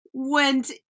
went